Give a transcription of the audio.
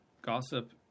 gossip